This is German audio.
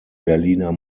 berliner